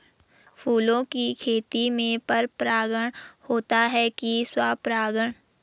फूलों की खेती में पर परागण होता है कि स्वपरागण?